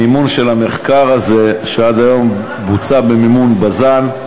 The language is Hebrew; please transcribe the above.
המימון של המחקר הזה, שעד היום בוצע במימון בז"ן,